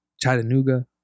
Chattanooga